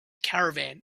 caravan